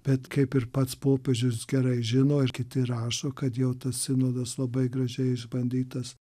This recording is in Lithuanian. bet kaip ir pats popiežius gerai žino ir kiti rašo kad jau tas sinodas labai gražiai išbandytas